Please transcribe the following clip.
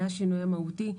זה השינוי המהותי.